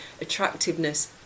attractiveness